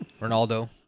Ronaldo